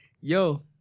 Yo